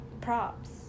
Props